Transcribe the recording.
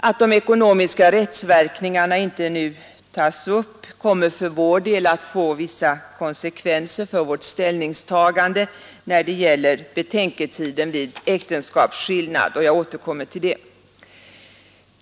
Att de ekonomiska rättsverkningarna inte nu tas upp kommer att få vissa konsekvenser för vårt ställningstagande när det gäller betänketiden vid äktenskapsskillnad; jag återkommer till det.